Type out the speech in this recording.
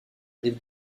rive